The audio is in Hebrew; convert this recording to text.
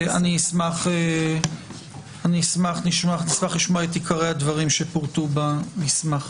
נשמח לשמוע את עיקרי הדברים שפורטו במסמך.